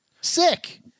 Sick